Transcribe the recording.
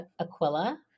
Aquila